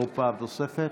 נוספת.